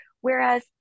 whereas